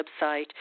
website